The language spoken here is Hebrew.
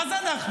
מה זה אנחנו?